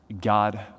God